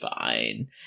fine